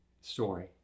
story